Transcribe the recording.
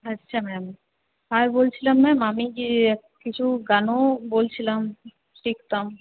আচ্ছা ম্যাম আর বলছিলাম ম্যাম আমি যে কিছু গানও বলছিলাম দেখতাম